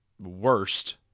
worst